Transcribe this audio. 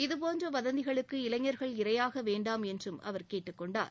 இதபோன்ற வதந்திகளுக்கு இளைஞர்கள் இரையாக வேண்டாம் என்று அவர் கேட்டுக் கொண்டார்